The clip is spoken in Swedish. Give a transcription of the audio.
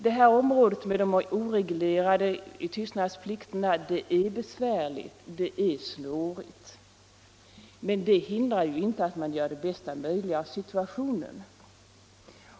Det här området med de oreglerade tystnadsplikterna är besvärligt och snårigt, men det hindrar inte att man gör det bästa möjliga av situationen.